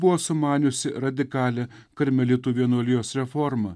buvo sumaniusi radikalią karmelitų vienuolijos reformą